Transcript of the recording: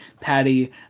Patty